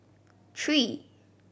three